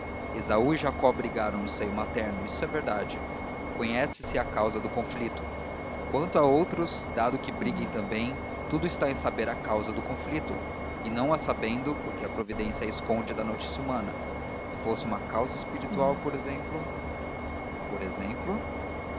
e jacó brigaram no seio materno isso é verdade conhece-se a causa do conflito quanto a outros dado que briguem também tudo está em saber a causa do conflito e não a sabendo porque a providência a esconde da notícia humana se fosse uma causa espiritual por exemplo por exemplo